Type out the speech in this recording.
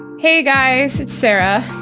hey guys, it's sarah.